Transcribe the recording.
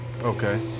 Okay